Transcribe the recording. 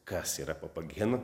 kas yra papagena